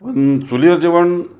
पण चुलीवर जेवण